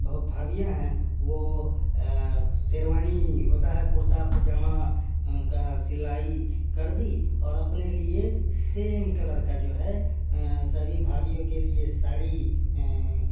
भाभीयाँ हैं वो शेरवानी होता हैं कुर्ता पजामा का सिलाई कर दी और अपने लिए सेम कलर का जो हैं सभी भाभियों के लिए साड़ी